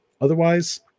otherwise